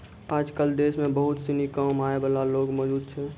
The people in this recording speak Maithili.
आजकल देश म बहुत सिनी कम आय वाला लोग मौजूद छै